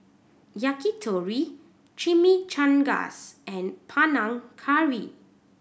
Yakitori Chimichangas and Panang Curry